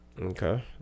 Okay